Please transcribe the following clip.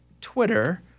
Twitter